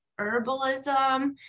herbalism